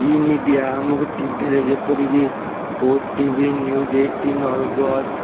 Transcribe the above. e-media ଆମକୁ ଟିଭିରେ ଯେପରିକି ଓଟିଭି ନ୍ୟୁଜ୍ ଏଇଟିନ୍ ଅର୍ଗସ୍